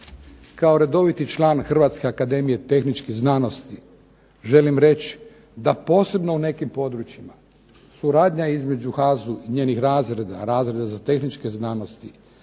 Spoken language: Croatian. Kao redoviti član Hrvatske akademije tehničkih znanosti želim reći da posebno u nekim područjima suradnja između HAZU i njenih razreda, razreda za tehničke znanosti,